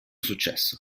successo